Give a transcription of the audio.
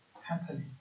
happening